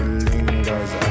lingers